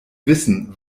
wissen